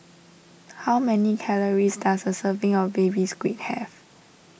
how many calories does a serving of Baby Squid have